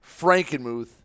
Frankenmuth